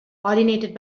pollinated